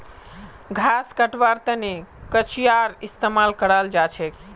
घास कटवार तने कचीयार इस्तेमाल कराल जाछेक